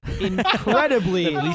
incredibly